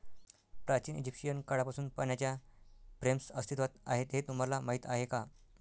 प्राचीन इजिप्शियन काळापासून पाण्याच्या फ्रेम्स अस्तित्वात आहेत हे तुम्हाला माहीत आहे का?